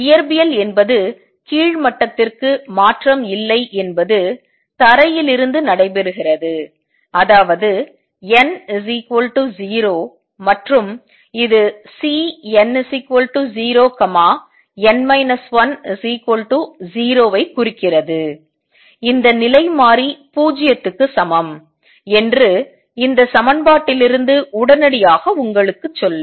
இயற்பியல் என்பது கீழ் மட்டத்திற்கு மாற்றம் இல்லை என்பது தரையில் இருந்து நடைபெறுகிறது அதாவது n 0 மற்றும் இது Cn0n 10 குறிக்கிறது இந்த நிலைமாறி 0 க்கு சமம் என்று இந்த சமன்பாட்டிலிருந்து உடனடியாக உங்களுக்குச்சொல்லும்